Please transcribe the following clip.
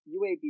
UAB